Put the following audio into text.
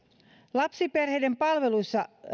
lapsiperheiden palveluissa